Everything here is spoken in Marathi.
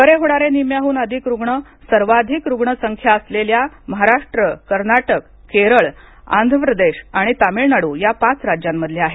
बरे होणारे निम्म्याहून अधिक रुग्ण सर्वाधिक रुग्ण संख्या असलेल्या महाराष्ट्र कर्नाटक केरळ आंध्र प्रदेश आणि तमिळनाडू या पाच राज्यांमधले आहेत